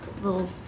little